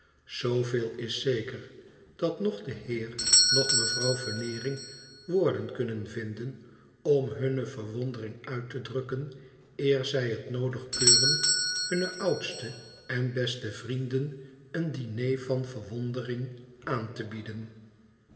zooveel is zeker dat noch de heer noch mevrouw veneering woorden kunnen vinden om hunne verwondering uit te drukken eer zij het noodig keuren hunnen oudsten en besten vrienden een diner van verwondering aan te bieden